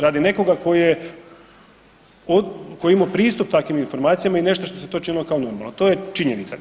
Radi nekoga tko je imao pristup takvim informacijama i nešto što se to činilo kao normalno, to je činjenica.